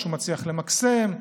שהוא מצליח למקסם,